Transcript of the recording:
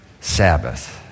Sabbath